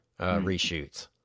reshoots